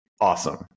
awesome